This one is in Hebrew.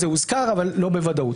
זה הוזכר אבל לא בוודאות.